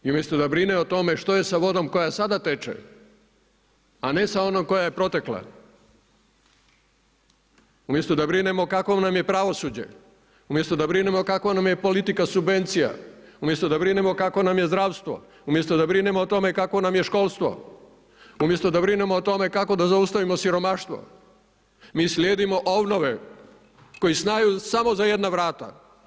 I umjesto da brine o tome što je sa vodom koja sada teče, a ne sa onom koja je protekla umjesto da brinemo kakvo nam je pravosuđe, umjesto da brinemo kakva nam je politika subvencija, umjesto da brinemo kakvo nam je zdravstvo, umjesto da brinemo o tome kakvo nam je školstvo, umjesto da brinemo o tome kako da zaustavimo siromaštvo, mi slijedimo ovnove koji znaju samo za jedna vrata.